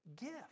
gift